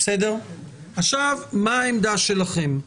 מה העמדה שלכם?